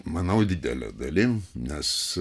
manau didele dalim nes